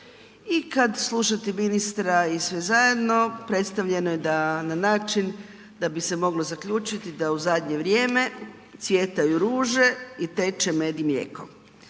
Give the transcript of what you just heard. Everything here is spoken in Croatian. i kad slušate ministra i sve zajedno, predstavljeno je na način da bi se moglo zaključiti da u zadnje vrijeme cvjetaju ruže i teče med i mlijeko.